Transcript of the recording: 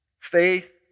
Faith